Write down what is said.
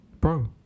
Bro